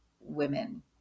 women